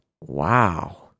Wow